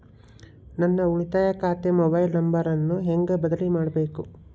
ನನ್ನ ಉಳಿತಾಯ ಖಾತೆ ಮೊಬೈಲ್ ನಂಬರನ್ನು ಹೆಂಗ ಬದಲಿ ಮಾಡಬೇಕು?